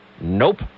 nope